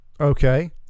okay